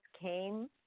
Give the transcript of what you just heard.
came